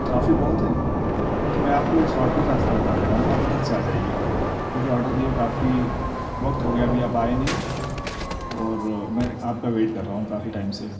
traffic بہت ہے تو میں آپ کو ایک شاٹ کٹ رستہ بتا دے رہا ہوں آپ ادھر سے آجائیے مجھے آڈر دئیے ہوئے کافی وقت ہو گیا ابھی آپ آئے نہیں اور میں آپ کا ویٹ کر رہا ہوں کافی ٹائم سے